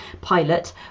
pilot